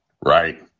Right